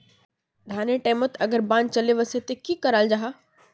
धानेर टैमोत अगर बान चले वसे ते की कराल जहा?